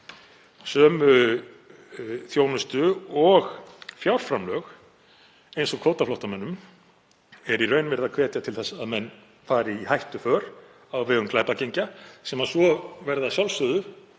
sömu þjónustu og fjárframlög og kvótaflóttamönnum er í raun verið að hvetja til þess að menn fari í hættuför á vegum glæpagengja sem verða svo að sjálfsögðu,